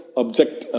object